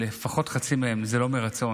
שלפחות אצל חצי מהם זה לא מרצון,